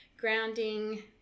grounding